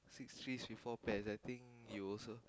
thick trees with four pears I think you also